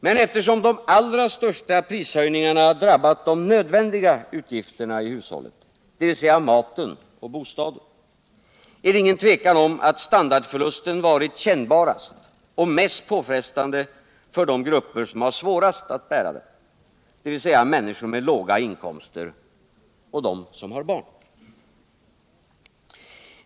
Men eftersom de allra största prishöjningarna drabbat de mest nödvändiga utgifterna i hushållet, dvs. maten och bostaden, är det inget tvivel om att standardförlusten varit mest kännbar och påfrestande för de grupper som har svårast att bära den, dvs. människor med låga inkomster och barnfamiljerna.